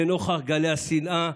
לנוכח גלי השנאה,